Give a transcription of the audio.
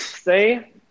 Say